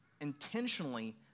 intentionally